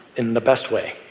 in the best way.